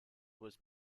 was